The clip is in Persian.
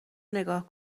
نگاه